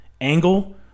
angle